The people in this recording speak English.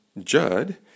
Judd